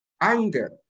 anger